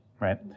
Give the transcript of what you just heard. right